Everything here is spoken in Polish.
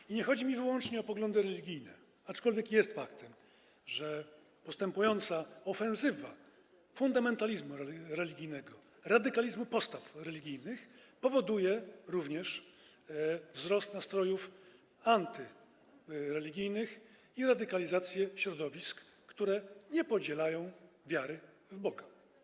I nie chodzi mi wyłącznie o poglądy religijne, aczkolwiek jest faktem, że postępująca ofensywa fundamentalizmu religijnego, radykalizmu postaw religijnych powoduje również wzrost nastrojów antyreligijnych i radykalizację środowisk, które nie podzielają wiary w Boga.